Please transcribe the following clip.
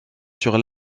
sur